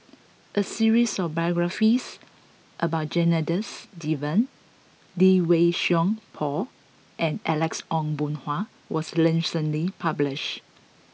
a series of biographies about Janadas Devan Lee Wei Song Paul and Alex Ong Boon Hau was recently published